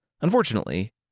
Unfortunately